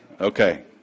Okay